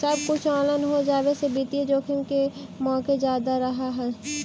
सब कुछ ऑनलाइन हो जावे से वित्तीय जोखिम के मोके जादा रहअ हई